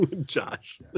Josh